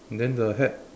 then the hat